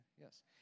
Yes